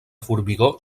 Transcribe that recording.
formigó